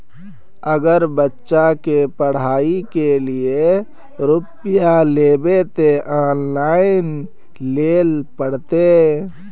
अगर बच्चा के पढ़ाई के लिये रुपया लेबे ते ऑनलाइन लेल पड़ते?